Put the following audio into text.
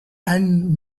and